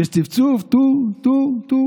יש צפצוף טו-טו-טו,